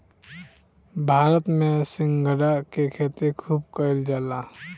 भारत में सिंघाड़ा के खेती खूब कईल जाला